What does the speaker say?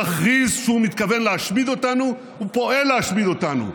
שמכריז שהוא מתכוון להשמיד אותנו ופועל להשמיד אותנו,